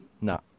No